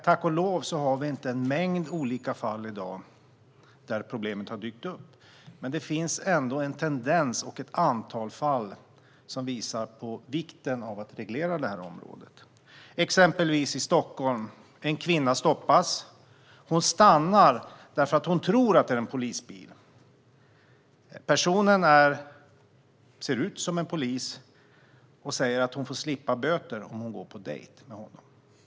Tack och lov har vi inte i dag en mängd olika fall där problemet har dykt upp. Men det finns ändå en tendens och ett antal fall som visar på vikten av att reglera det här området. Jag ska ge ett exempel från Stockholm. En kvinna stoppas. Hon stannar därför att hon tror att det är en polisbil. Personen ser ut som en polis och säger att hon får slippa böter om hon går på dejt med honom.